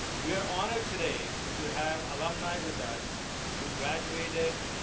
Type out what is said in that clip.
we are honored today to have alumni with us who graduated